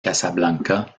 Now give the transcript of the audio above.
casablanca